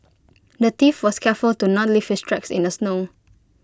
the thief was careful to not leave his tracks in the snow